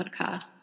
podcast